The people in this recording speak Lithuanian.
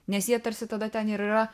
nes jie tarsi tada ten ir yra